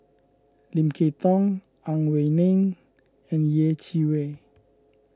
Lim Kay Tong Ang Wei Neng and Yeh Chi Wei